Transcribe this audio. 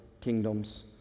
kingdoms